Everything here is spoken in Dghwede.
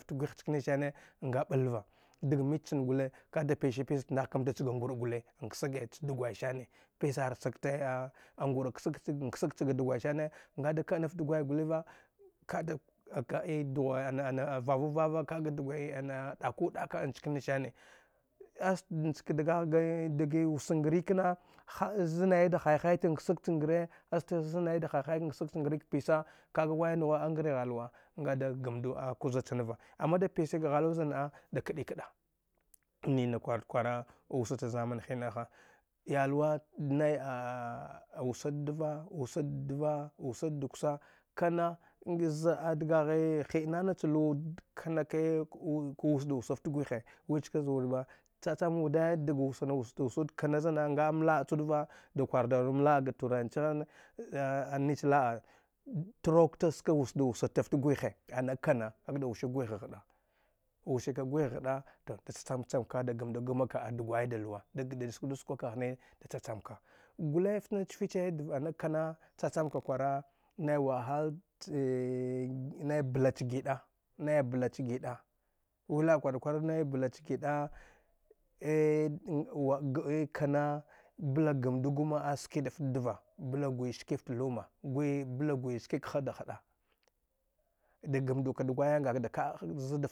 Fta gwih chani sane nga ɓalva dag mich chan gule ka’ada pisipi nah kamta chga ngur’a gule nngsage cha dgwai sane pisarsay te a ngu’a ngsag chga dgwaisani nga da ka’ana dgwai guliva dgwai ana ana vavu-vava ka’a ga dgwai ana ɗaku ɗak nchkani sani as nehki dgah gi dag wus ngri kna ha’a zanai da hai-hai ta ngsag cha ngre aste zamai da hai hai ngsag cha ngre ka pisa kaka wai nghu a ngri ghaluwa nnga da gamndu a kuza chan va ama de piska ghaluwa zan naa da kadi kɗa nina kwarat kwara wusa cha zaman hina ha iyalwa nai a wusa dva wusa dva wusa duksa kanna nga za’a dgaghe hi’ ana na cha luwa wude kanna ki ku kuwus da wusa fta gwihe wi chki zuwud ba cha cham wude dag wusa na wus da wusa wud kanna zanna’a ngam la’a clud da kwar daw dam la’a ga turanchighe anich la’a rukta shi wusa da wusa tafta gwihe ana kanna kak da wusi gwith ghɗa wusila gwith ghɗa tu da cha cham chamka da aammdu ama ka a dugwai da luwa dida da suk du skwa kahne da cha chamka gule fta nach fich ana kanna cha-cham ka kwana nai wahal nao blach gida-nai blach gida wi la’a kwar da kwara gh nai blaach gida e kanna bla gamdu gma asku daft dva bla gwi skifta luma gwi bla gwi ski kaha’ ada hɗa da a am du ka ɗawaya naa ka da ka’a za